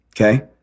okay